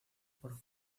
por